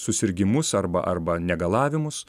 susirgimus arba arba negalavimus